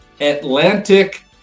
Atlantic